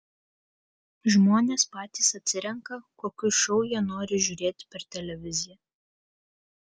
žmonės patys atsirenka kokius šou jie nori žiūrėti per televiziją